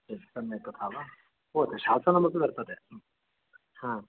सम्यक् तथा वा ओह् शासनमपि वर्तते हा